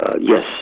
Yes